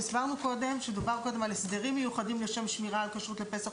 הסברנו קודם שמדובר קודם על הסדרים מיוחדים לשם שמירה על כשרות לפסח,